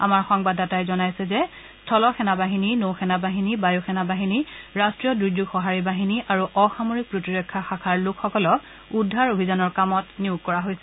আমাৰ সংবাদদাতাই জনাইছে যে স্থলসেনাবাহিনী নৌ সেনাবাহিনী বায়ু সেনাবাহিনী ৰাষ্ট্ৰীয় দুৰ্যেগ সহাৰী বাহিনী আৰু অসামৰিক প্ৰতিৰক্ষা শাখাৰ লোকসকলক উদ্ধাৰ অভিযানৰ কামত নিয়োগ কৰা হৈছে